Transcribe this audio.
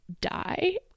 die